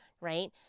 right